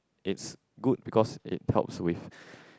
it's good because it helps with